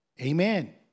Amen